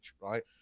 right